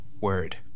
word